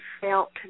felt